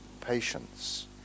patience